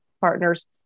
partners